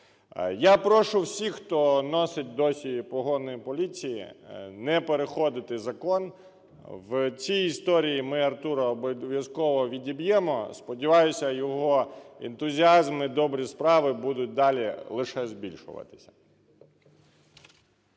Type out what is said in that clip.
Я прошу всіх, хто носить досі погони поліції, не переходити закон. В цій історії ми Артура обов'язково відіб'ємо. Сподіваюся, його ентузіазм і добрі справи будуть далі лише збільшуватися.